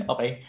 Okay